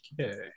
Okay